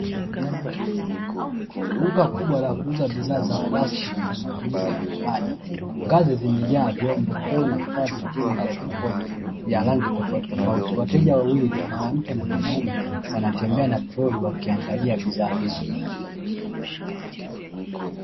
Duka kubwa la kuuza bidhaa za plastiki za matumizi ya nyumbani ngazi zimejaa vyombo, ndoo na vifaa vingine vya jikoni vya rangi tofautitofauti wateja wawili mwanamke na mwanaume wanatembea na toroli wakiangalia angalia bidhaa hizo.